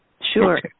Sure